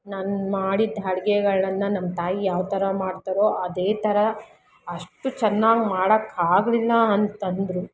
ನಾನು ಮಾಡಿದ ಅಡ್ಗೆಗಳನ್ನ ನಮ್ಮ ತಾಯಿ ಯಾವ್ತರ ಮಾಡ್ತಾರೋ ಅದೇ ಥರ ಅಷ್ಟು ಚೆನ್ನಾಗ್ ಮಾಡಕ್ಕಾಗಲಿಲ್ಲ ಅಂತಂದರೂ